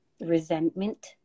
resentment